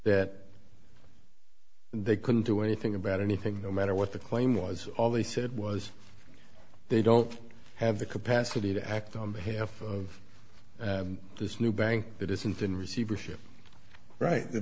that they couldn't do anything about anything no matter what the claim was all they said was they don't have the capacity to act on behalf of this new bank that isn't in receivership right the